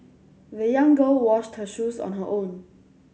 the young girl washed her shoes on her own